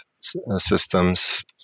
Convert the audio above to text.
systems